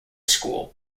school